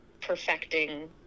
perfecting